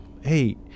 hey